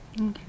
Okay